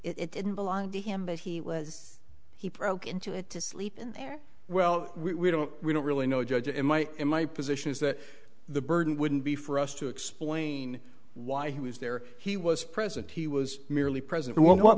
it didn't belong to him but he was he broke into it to sleep in there well we don't we don't really know the judge in my in my position is that the burden wouldn't be for us to explain why he was there he was present he was merely present what